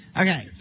Okay